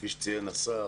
וכפי שציין השר,